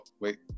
wait